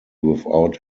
without